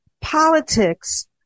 politics